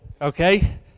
Okay